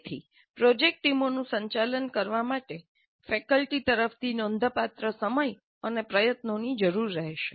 તેથી પ્રોજેક્ટ ટીમોનું સંચાલન કરવા માટે જે સંખ્યામાં ખૂબ મોટી હશે ફેકલ્ટી તરફથી નોંધપાત્ર સમય અને પ્રયત્નોની જરૂર રહેશે